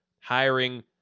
hiring